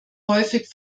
häufig